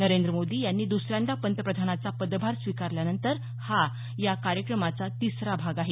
नरेंद्र मोदी यांनी दुसऱ्यांदा पंतप्रधानाचा पदभार स्विकारल्यानंतर हा या कार्यक्रमाचा तिसरा भाग आहे